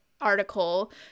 article